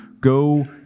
go